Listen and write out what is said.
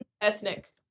Ethnic